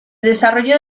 desarrollo